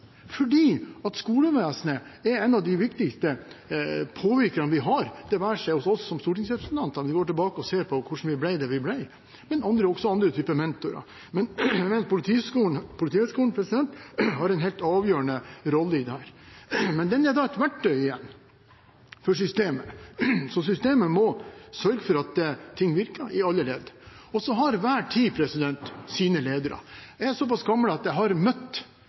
fordi skolevesenet er en av de viktigste påvirkerne vi har, det være seg hos oss som stortingsrepresentanter når vi går tilbake og ser på hvordan vi ble det vi ble, eller andre typer mentorer. Politihøgskolen har en helt avgjørende rolle i dette, men den er da et verktøy igjen for systemet, og systemet må sørge for at ting virker i alle ledd. Så har hver tid sine ledere. Jeg er såpass gammel at jeg har møtt